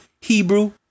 hebrew